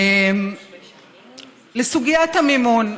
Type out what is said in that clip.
לסוגיית המימון,